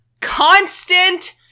Constant